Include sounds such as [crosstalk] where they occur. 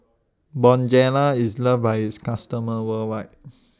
Bonjela IS loved By its customers worldwide [noise]